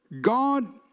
God